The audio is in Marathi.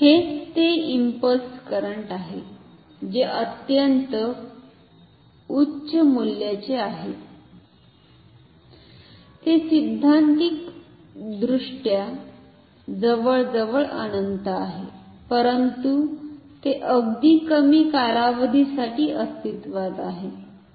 हेच ते इंपल्स करंट आहे जे अत्यंत उच्च मूल्याचे आहे ते सिद्धांतिकदृष्ट्या जवळजवळ अनंत आहे परंतु ते अगदी कमी कालावधीसाठी अस्तित्वात आहे